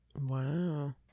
wow